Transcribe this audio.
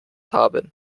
haben